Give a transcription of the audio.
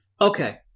Okay